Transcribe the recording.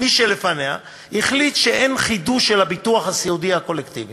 מי שלפניה החליט שאין חידוש של הביטוח הסיעודי הקולקטיבי,